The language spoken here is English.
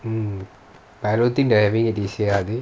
mm but I don't think they're having it this year are they